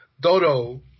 Dodo